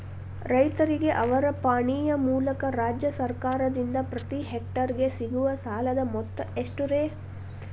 ರೈತರಿಗೆ ಅವರ ಪಾಣಿಯ ಮೂಲಕ ರಾಜ್ಯ ಸರ್ಕಾರದಿಂದ ಪ್ರತಿ ಹೆಕ್ಟರ್ ಗೆ ಸಿಗುವ ಸಾಲದ ಮೊತ್ತ ಎಷ್ಟು ರೇ?